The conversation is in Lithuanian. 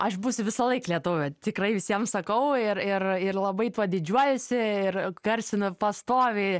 aš būsiu visąlaik lietuvė tikrai visiems sakau ir ir ir labai tuo didžiuojuosi ir garsinu pastoviai